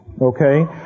Okay